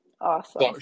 awesome